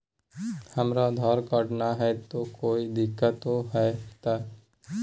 हमरा आधार कार्ड न हय, तो कोइ दिकतो हो तय?